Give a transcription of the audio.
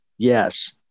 Yes